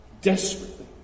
desperately